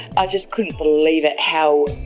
i just couldn't believe it, how.